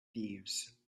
thieves